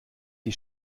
die